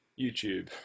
YouTube